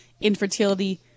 Infertility